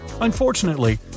Unfortunately